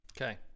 Okay